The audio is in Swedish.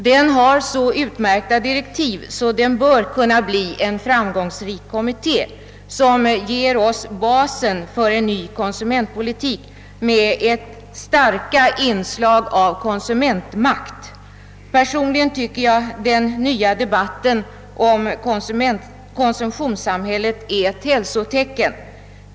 Den har så utmärkta direktiv att den bör kunna bli en framgångsrik kommitté, som ger oss basen för en ny konsumentpolitik med starka inslag av konsumentmakt. Personligen tycker jag att den nya debatten om konsumtionssamhället är ett hälsotecken.